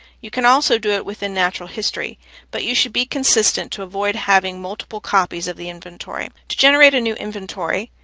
you can also do it within natural history but you should be consistent to avoid having multiple copies of the inventory. to generate a new inventory,